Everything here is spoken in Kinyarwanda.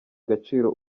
agaciro